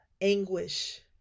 anguish